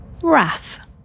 Wrath